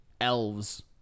elves